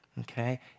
Okay